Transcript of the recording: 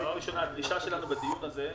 הדרישה שלנו בדיון הזה,